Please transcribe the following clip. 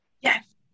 Yes